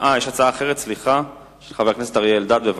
יש הצעה אחרת של חבר הכנסת אריה אלדד, בבקשה.